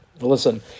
Listen